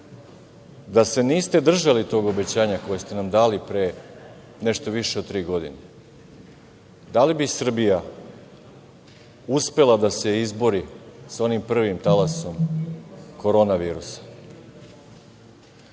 Da se niste držali tog obećanja koje ste nam dali pre nešto više od tri godine, da li bi Srbija uspela da se izbori sa onim prvim talasom Korona virusa?